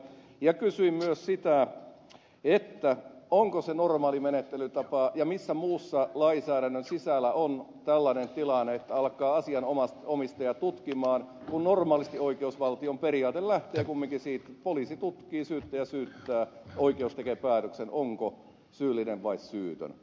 kysyin myös sitä onko se normaali menettelytapa ja minkä muun lainsäädännön sisällä on tällainen tilanne että alkavat asianomaiset omistajat tutkia kun normaalisti oikeusvaltion periaate lähtee kumminkin siitä että poliisi tutkii syyttäjä syyttää oikeus tekee päätöksen siitä onko syyllinen vai syytön